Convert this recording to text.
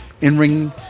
in-ring